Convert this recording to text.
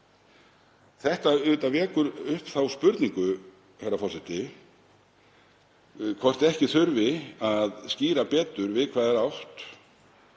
Þetta vekur auðvitað upp þá spurningu, herra forseti, hvort ekki þurfi að skýra betur við hvað er átt